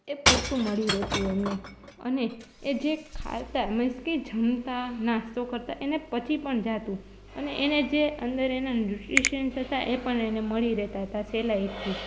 એ પૂરતું મળી રહેતું એમને અને એ જે ખાતાં મીન્સ કે જમતાં નાશ્તો કરતાં એને પચી પણ જતું અને એને જે અંદર એનાં ન્યુટ્રિશન્સ હતાં એ પણ એને મળી રહેતાં હતાં સહેલાઈ